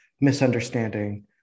misunderstanding